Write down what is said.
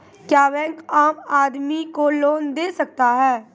क्या बैंक आम आदमी को लोन दे सकता हैं?